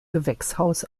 gewächshaus